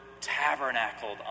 tabernacled